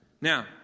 Now